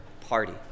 party